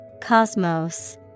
Cosmos